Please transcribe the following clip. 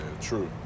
true